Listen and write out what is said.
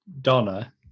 Donna